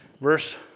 Verse